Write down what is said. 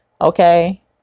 okay